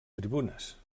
tribunes